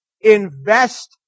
Invest